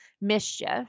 mischief